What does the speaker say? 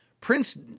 Prince